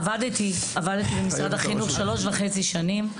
עבדתי במשרד החינוך שלוש וחצי שנים,